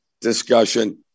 discussion